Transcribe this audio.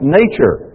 nature